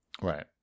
Right